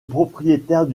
propriétaire